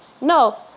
No